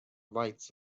lights